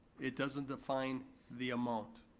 it doesn't define the amount.